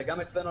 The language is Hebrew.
וגם אצלנו,